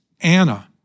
Anna